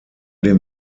dem